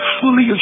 fully